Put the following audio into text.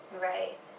Right